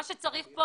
מה שצריך פה